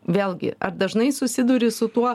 vėlgi ar dažnai susiduri su tuo